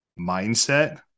mindset